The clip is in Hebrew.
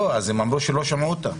לא, הם אמרו שלא שמעו אותם.